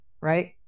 Right